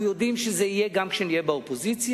כשאנחנו יודעים שזה יהיה גם כשנהיה באופוזיציה.